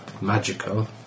Magical